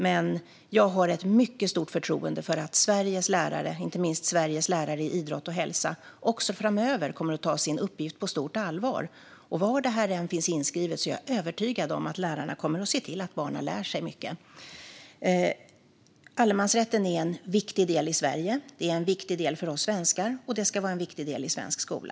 Men jag har ett mycket stort förtroende för att Sveriges lärare, inte minst Sveriges lärare i idrott och hälsa, också framöver kommer att ta sin uppgift på stort allvar. Var det här än finns inskrivet är jag övertygad om att lärarna kommer att se till att barnen lär sig mycket. Allemansrätten är en viktig del i Sverige. Den är en viktig del för oss svenskar, och den ska vara en viktig del i svensk skola.